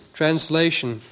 translation